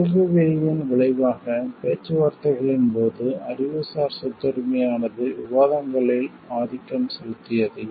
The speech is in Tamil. உருகுவேயின் விளைவாக பேச்சுவார்த்தைகளின் போது அறிவுசார் சொத்துரிமை ஆனது விவாதங்களில் ஆதிக்கம் செலுத்தியது